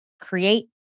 create